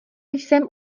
jsem